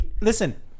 Listen